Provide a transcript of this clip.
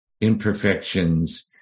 imperfections